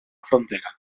frontera